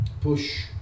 push